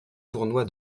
tournoi